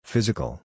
Physical